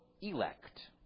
elect